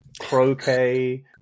croquet